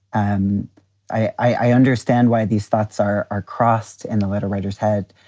um i i understand why these thoughts are are crossed and the letter writers had.